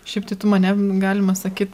šiaip tai tu mane galima sakyt